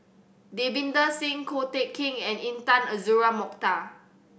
Davinder Singh Ko Teck Kin and Intan Azura Mokhtar